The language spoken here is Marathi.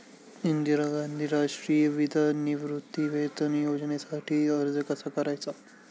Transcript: इंदिरा गांधी राष्ट्रीय विधवा निवृत्तीवेतन योजनेसाठी अर्ज कसा करायचा?